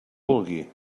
vulgui